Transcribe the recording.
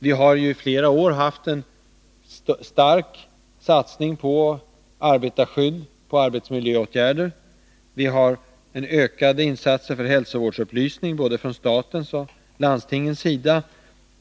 Vi har i flera år haft en stark satsning på arbetarskydd och på arbetsmiljöåtgärder, och vi har ökat insatserna för hälsovårdsupplysning från både statens och landstingens sida.